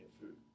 food